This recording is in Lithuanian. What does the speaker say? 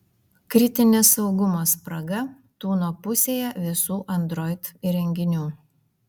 kritinė saugumo spraga tūno pusėje visų android įrenginių